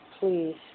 Please